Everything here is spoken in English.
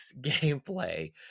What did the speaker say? gameplay